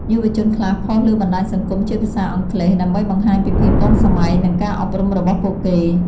យុវជនខ្លះផុសលើបណ្តាញសង្គមជាភាសាអង់គ្លេស ដើម្បីបង្ហាញពីភាពទាន់សម័យ និង ការអប់រំរបស់ពួកគេ។